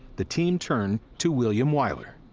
the team turned to william wyler.